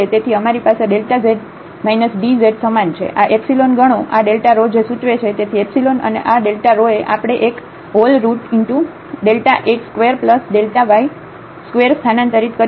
તેથી અમારી પાસે z dz સમાન છે આ એપ્સીલોન ગણો આ રો જે સૂચવે છે તેથી એપ્સીલોન અને આ રોએ આપણે એક x2y2 સ્થાનાંતરિત કર્યો છે